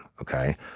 Okay